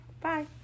bye